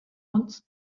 uns